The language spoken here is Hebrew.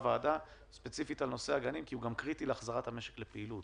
על נושא הגנים בוועדה כי הוא גם קריטי להחזרת המשק לפעילות.